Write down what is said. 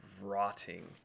rotting